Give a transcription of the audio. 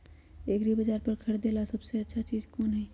एग्रिबाजार पर से खरीदे ला सबसे अच्छा चीज कोन हई?